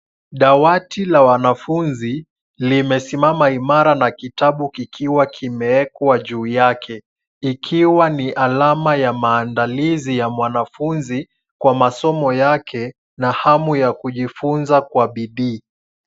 Dawati la wanafunzi limesimama imara na kitabu kikiwa kimewekwa juu yake. Ikiwa ni alama ya maandalizi ya mwanafunzi kwa masomo yake na hamu ya kujifunza kwa bidii.